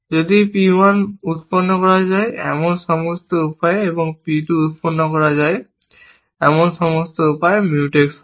যদি P 1 উৎপন্ন করা যায় এমন সমস্ত উপায়ে এবং P 2 উৎপন্ন করা যায় এমন সমস্ত উপায়ে Mutex হয়